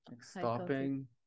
stopping